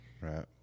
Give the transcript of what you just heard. Right